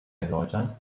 erläutern